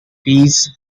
peace